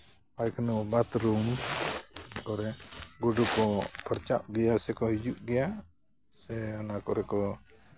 ᱯᱟᱭᱠᱷᱟᱱᱟ ᱵᱟᱛᱷᱨᱩᱢ ᱚᱱᱟ ᱠᱚᱨᱮ ᱜᱩᱰᱩ ᱠᱚ ᱯᱟᱨᱪᱟᱜ ᱜᱮᱭᱟ ᱥᱮᱠᱚ ᱦᱤᱡᱩᱜ ᱜᱮᱭᱟ ᱥᱮ ᱚᱱᱟ ᱠᱚᱨᱮ ᱠᱚ